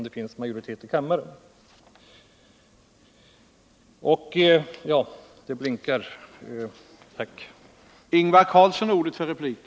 Det finns majoritet i kammaren, eftersom s och fp är sams om sitt folkomröstningsförslag.